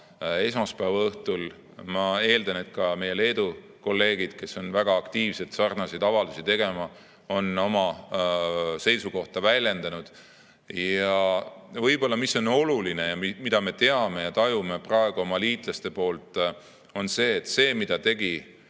esmaspäeva õhtul. Ma eeldan, et ka meie Leedu kolleegid, kes on väga aktiivsed sarnaseid avaldusi tegema, on oma seisukohta väljendanud. Võib-olla on oluline see, mida me teame ja tajume praegu oma liitlaste poolt, et see, mida tegi